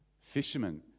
Fishermen